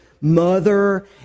mother